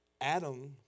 Adam